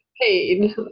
paid